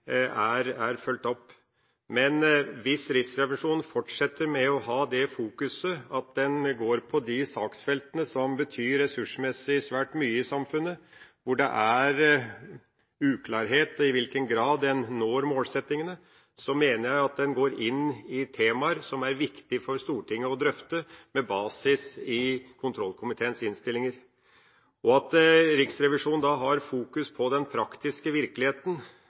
er fulgt opp. Men hvis Riksrevisjonen fortsetter med å fokusere på de saksfeltene som ressursmessig betyr svært mye i samfunnet, hvor det er uklarhet om i hvilken grad en når målsettingene, mener jeg at en går inn i temaer som er viktige for Stortinget å drøfte – med basis i kontrollkomiteens innstillinger. Riksrevisjonen har da fokus på den praktiske virkeligheten.